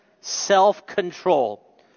self-control